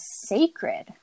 sacred